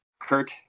Kurt